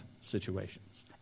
situations